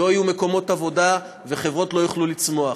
לא יהיו מקומות עבודה וחברות לא יוכלו לצמוח.